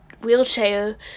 wheelchair